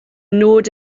nod